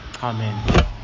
Amen